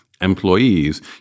employees